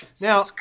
Now